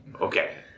Okay